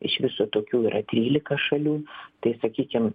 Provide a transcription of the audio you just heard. iš viso tokių yra trylika šalių tai sakykim